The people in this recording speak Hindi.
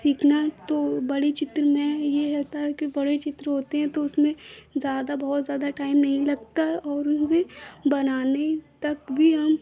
सीखना तो बड़े चित्र में यह होता है कि बड़े चित्र होते हैं तो उसमें ज़्यादा बहुत ज़्यादा टाइम नहीं लगता और उन्हें बनाने तक भी हम